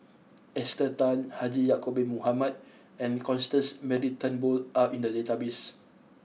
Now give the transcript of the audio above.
Esther Tan Haji Ya'Acob Bin Mohamed and Constance Mary Turnbull are in the database